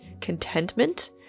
contentment